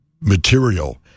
material